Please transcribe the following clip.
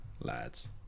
lads